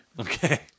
Okay